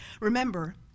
Remember